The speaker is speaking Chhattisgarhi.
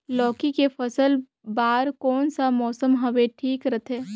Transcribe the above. लौकी के फसल बार कोन सा मौसम हवे ठीक रथे?